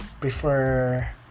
prefer